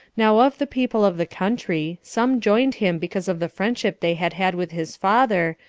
now of the people of the country, some joined him because of the friendship they had had with his father,